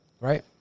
Right